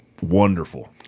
wonderful